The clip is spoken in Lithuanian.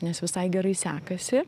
nes visai gerai sekasi